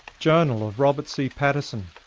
journal of robert c patterson,